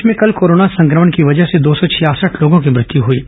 प्रदेश में कल कोरोना संक्रमण की वजह से दो सौ छियासठ लोगों की मृत्यु हई है